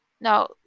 now